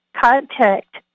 contact